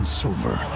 silver